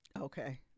Okay